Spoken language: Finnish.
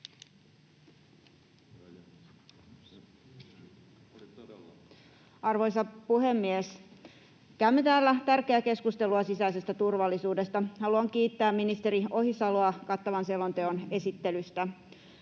Arvoisa puhemies! Käymme täällä tärkeää keskustelua sisäisestä turvallisuudesta. Haluan kiittää ministeri Ohisaloa kattavan selonteon esittelystä.